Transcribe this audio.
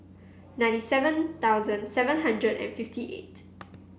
ninety seven thousand seven hundred and fifty eight